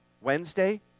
Wednesday